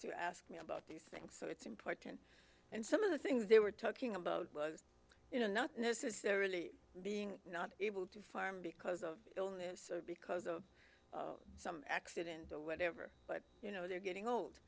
to ask me about these things so it's important and some of the things they were talking about was you know not necessarily being not able to farm because of illness or because of some accident or whatever but you know they're getting old